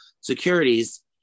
securities